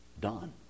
done